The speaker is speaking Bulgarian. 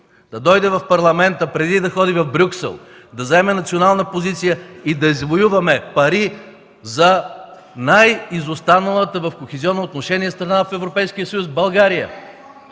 да дойде в Парламента преди да ходи в Брюксел, да заеме национална позиция и да извоюваме пари за най-изостаналата в кохезионно отношение страна в Европейския съюз – България.